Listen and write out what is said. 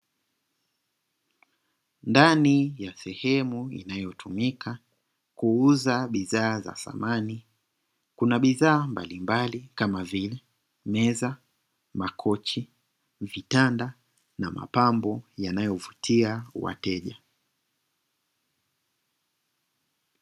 Ndani ya sehemu inayotumika kuuza bidhaa za samani kuba bidhaa mbalimbali kama vile meza, makochi, vitanda na mapambo yanayovutia wateja.